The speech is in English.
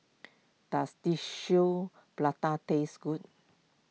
does Tissue Prata taste good